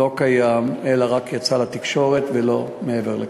לא קיים אלא רק יצא לתקשורת ולא מעבר לכך.